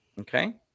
Okay